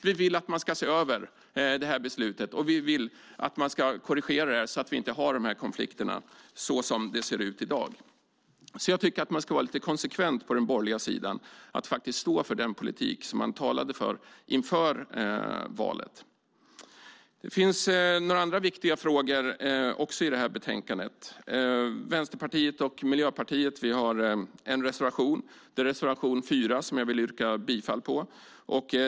Vi vill att man ska se över beslutet och korrigera det så att vi inte har de konflikter som vi har i dag. Jag tycker att man ska vara lite konsekvent på den borgerliga sidan och faktiskt stå för den politik som man talade för inför valet. Det finns några andra viktiga frågor i betänkandet. Vänsterpartiet och Miljöpartiet har en reservation, reservation 4, som jag vill yrka bifall till.